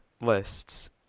lists